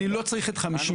אני לא צריך את 59,